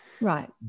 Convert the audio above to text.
Right